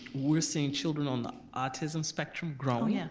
we're seeing children on the autism spectrum groan yeah